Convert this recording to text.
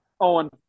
Owen